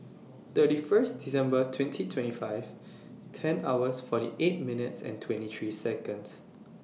thirty First December twenty twenty five ten hours forty eight minutes and twenty three Seconds